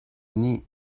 nih